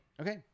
Okay